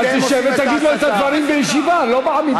אבל שב ותגיד לו את הדברים בישיבה, לא בעמידה.